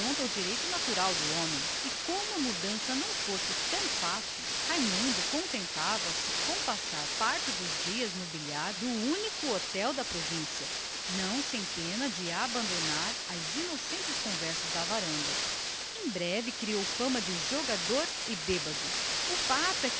estúpidos exclamava a sós indignado mas como a mudança não fosse tão fácil contentava-se ele com o passar uma parte do dia no bilhar do único restaurante da província não sem pena de abandonar as inocentes palestras da varanda em breve criou fama de jogador e bêbedo o fato